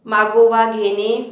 मागोवा घेणे